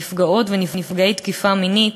נפגעי ונפגעות תקיפה מינית,